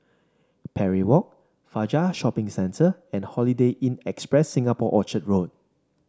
Parry Walk Fajar Shopping Centre and Holiday Inn Express Singapore Orchard Road